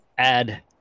Add